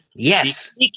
Yes